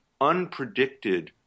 unpredicted